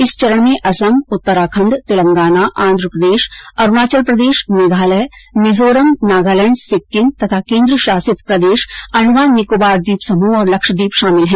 इस चरण में असम उत्तराखंड तेलंगाना आन्ध्रप्रदेश अरुणाचल प्रदेश मेघालय मिजोरम नगालैंड सिक्किम तथा केन्द्र शासित प्रदेश अंडमान निकोबार द्वीप समूह और लक्षद्वीप शामिल है